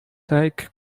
take